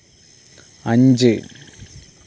അഞ്ച്